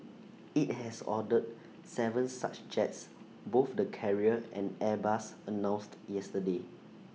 IT has ordered Seven such jets both the carrier and airbus announced yesterday